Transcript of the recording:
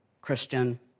Christian